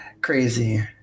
Crazy